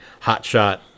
hotshot